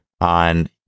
on